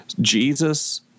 Jesus